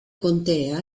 contea